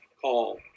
call